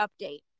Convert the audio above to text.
update